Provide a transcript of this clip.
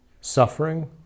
suffering